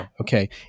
okay